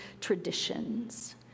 traditions